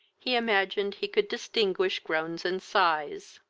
he imagined he could distinguish groans and sighs.